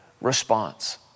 response